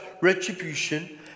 retribution